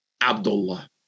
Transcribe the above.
Abdullah